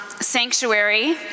sanctuary